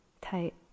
tight